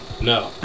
No